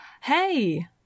Hey